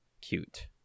cute